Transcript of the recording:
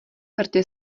rty